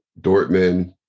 Dortmund